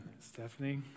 Stephanie